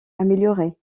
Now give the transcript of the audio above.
amélioré